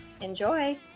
Enjoy